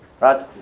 right